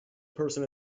person